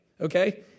okay